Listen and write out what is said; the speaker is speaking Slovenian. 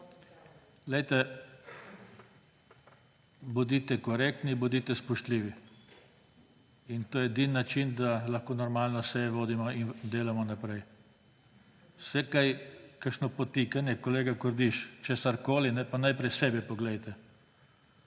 Glejte, bodite korektni, bodite spoštljivi. In to je edini način, da lahko normalno sejo vodimo in delamo naprej. Kakšno podtikanje, kolega Kordiš, česarkoli, pa najprej sebe poglejte,